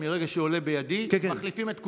מהרגע של "עולה בידי" מחליפים את כולם.